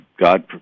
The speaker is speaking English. God